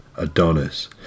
Adonis